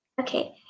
Okay